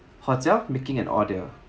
hotel making an order